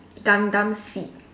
Gundam Seed